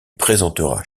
présentera